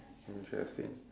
interesting